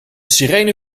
sirene